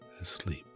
asleep